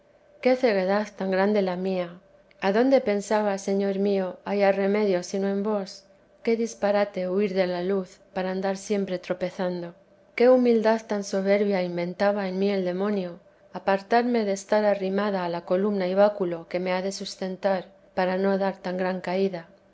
qué ceguedad tan grande la mía adonde pensaba señor mío hallar remedio sino en vos qué disparate huir de la luz para andar siempre tropezando qué humildad tan soberbia inventaba en mí el demonio apartarme de estar arrimada a la columna y báculo que me ha de sustentar para no dar tan gran caída